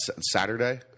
Saturday